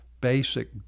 basic